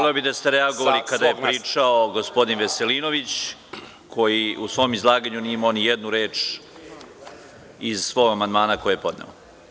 Voleo bih da ste reagovali kada je pričao gospodin Veselinović, koji u svom izlaganju nije imao ni jednu reč iz svog amandmana koji je podneo.